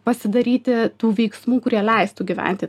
pasidaryti tų veiksmų kurie leistų gyventi